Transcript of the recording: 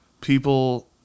people